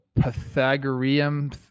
Pythagorean